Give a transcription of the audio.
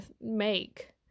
make